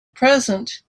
present